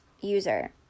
user